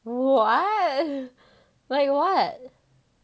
oh what like what